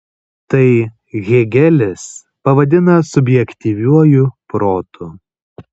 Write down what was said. tai hėgelis pavadina subjektyviuoju protu